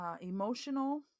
emotional